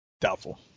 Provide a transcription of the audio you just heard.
Doubtful